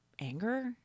Anger